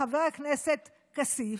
חבר הכנסת כסיף,